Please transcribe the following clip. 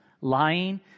lying